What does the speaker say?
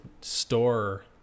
store